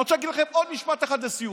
אני רוצה להגיד לכם עוד משפט אחד לסיום,